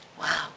Wow